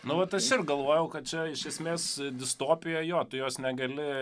nu va tas aš ir galvojau kad čia iš esmės distopija jo tu jos negali